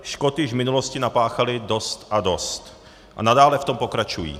Škod již v minulosti napáchali dost a dost a nadále v tom pokračují.